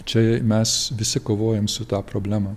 čiai mes visi kovojam su ta problema